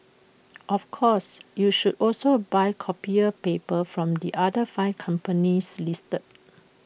of course you should also buy copier paper from the other five companies listed